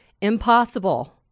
impossible